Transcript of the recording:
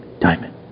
Diamond